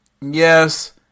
Yes